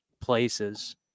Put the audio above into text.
places